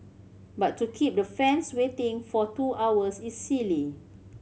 but to keep the fans waiting for two hours is silly